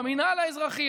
במינהל האזרחי,